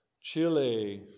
Chile